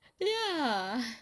ya